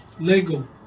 Lego